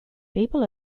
people